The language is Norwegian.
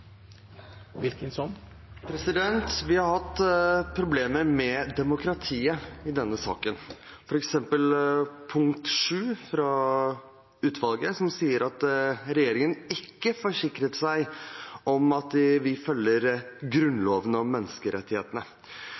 Vi har hatt problemer med demokratiet i denne saken. For eksempel sier punkt 7 i utvalgets rapport at regjeringen ikke forsikret seg om at de følger Grunnloven og menneskerettighetene,